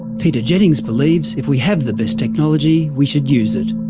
peter jennings believes if we have the best technology we should use it.